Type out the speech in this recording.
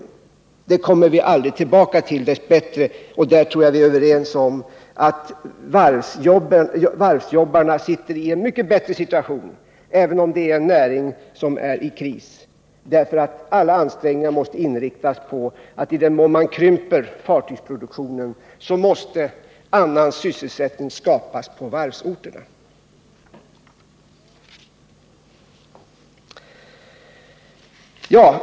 Den situationen kommer vi dess bättre aldrig tillbaka till. Och jag tror att vi är överens om att varvsarbetarna befinner sig i en mycket bättre situation, även om näringen är i kris. Alla ansträngningar måste inriktas på att se till att i den mån man krymper fartygsproduktionen måste annan sysselsättning skapas på varvsorterna.